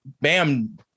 Bam